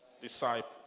disciple